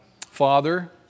father